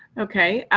okay.